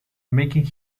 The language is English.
making